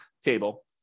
table